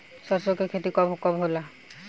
सरसों के खेती कब कब होला?